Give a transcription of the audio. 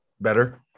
Better